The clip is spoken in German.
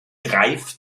greif